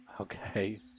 Okay